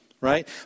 right